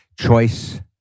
Choice